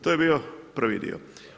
To je bio prvi dio.